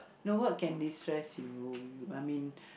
no what can destress you I mean